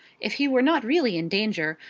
if he were not really in danger,